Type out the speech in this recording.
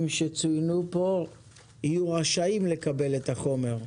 שצוינו כאן יהיו רשאים לקבל את החומר?